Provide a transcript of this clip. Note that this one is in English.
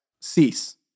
cease